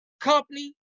company